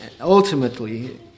ultimately